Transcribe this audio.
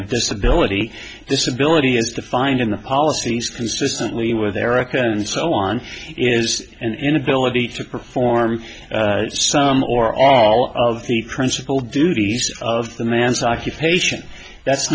of disability disability as defined in the policies consistently with erica and so on is an inability to perform some or all of the principal duties of the man's occupation that's